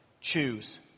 choose